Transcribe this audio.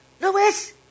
Lewis